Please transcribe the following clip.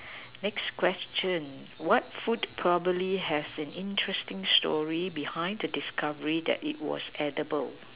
next question what food probably has an interesting story behind the discovery that it was edible